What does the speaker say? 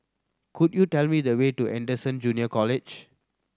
could you tell me the way to Anderson Junior College